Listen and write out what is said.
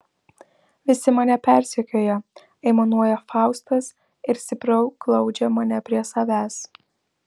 visi mane persekioja aimanuoja faustas ir stipriau glaudžia mane prie savęs